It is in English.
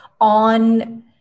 on